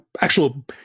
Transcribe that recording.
actual